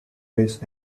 his